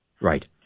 Right